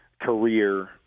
career